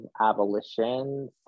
abolition